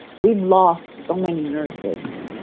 we've lost so many nurses,